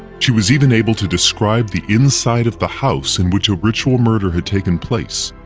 she was even able to describe the inside of the house in which a ritual murder had taken place,